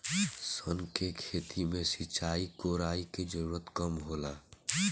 सन के खेती में सिंचाई, कोड़ाई के जरूरत कम होला